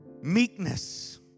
Meekness